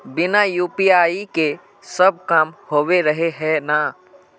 बिना यु.पी.आई के सब काम होबे रहे है ना?